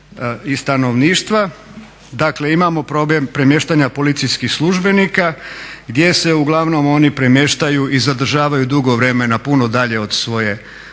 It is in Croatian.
i stanovništva, dakle imamo problem premještana policijskih službenika gdje se uglavnom oni premještaju i zadržavaju dugo vremena puno dalje od svoje